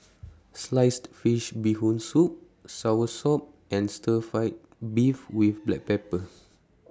Sliced Fish Bee Hoon Soup Soursop and Stir Fried Beef with Black Pepper